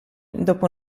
dopo